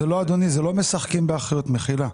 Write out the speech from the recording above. זה לא, אדוני, זה לא משחקים באחריות, מחילה.